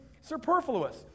superfluous